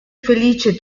felice